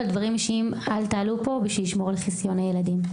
אבל דברים אישיים אל תעלו פה בשביל לשמור על חסיון הילדים.)